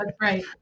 right